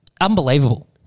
Unbelievable